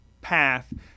path